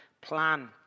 plan